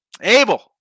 Abel